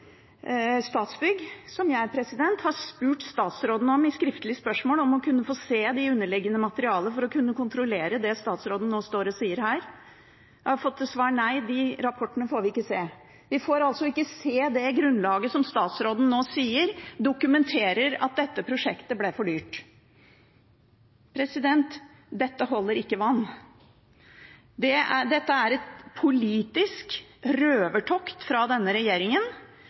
Jeg har spurt statsråden i skriftlig spørsmål om å få se det underliggende materialet for å kunne kontrollere det statsråden nå står og sier her. Jeg har fått til svar at nei, den rapporten får vi ikke se. Vi får altså ikke se det grunnlaget som statsråden sier dokumenterer at dette prosjektet ble for dyrt. Dette holder ikke vann. Dette er et politisk røvertokt fra denne regjeringen